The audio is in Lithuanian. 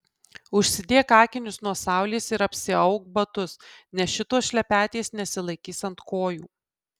užsidėk akinius nuo saulės ir apsiauk batus nes šitos šlepetės nesilaikys ant kojų